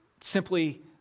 simply